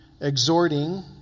exhorting